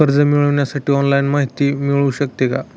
कर्ज मिळविण्यासाठी ऑनलाईन माहिती मिळू शकते का?